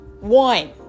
one